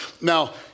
Now